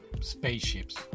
spaceships